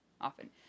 Often